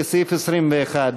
לסעיף 21,